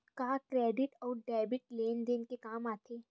का क्रेडिट अउ डेबिट लेन देन के काम आथे?